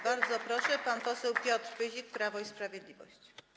Bardzo proszę, pan poseł Piotr Pyzik, Prawo i Sprawiedliwość.